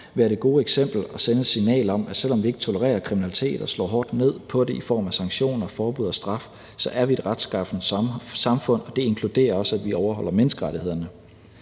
være det gode eksempel og sende et signal om, at selv om vi ikke tolererer kriminalitet og slår hårdt ned på det i form af sanktioner, forbud og straf, så er vi et retssamfund, og det inkluderer også, at vi overholder menneskerettighederne.